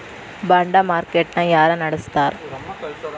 ಬಾಂಡ market ನ ಯಾರ ನಡಸ್ತಾರ?